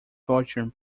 fortune